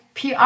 PR